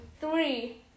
three